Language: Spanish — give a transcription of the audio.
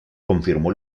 confirmó